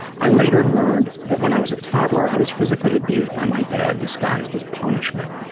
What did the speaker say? i later learned that when i was a toddler i was physically abused by my dad disguised as punishment.